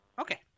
Okay